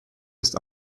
ist